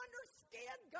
understand